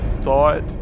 thought